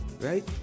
right